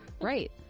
Right